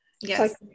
Yes